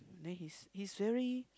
then he's he's very